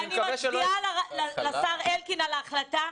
אני מצדיעה לשר אלקין על ההחלטה.